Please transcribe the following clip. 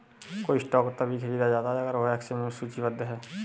कोई स्टॉक तभी खरीदा जाता है अगर वह एक्सचेंज में सूचीबद्ध है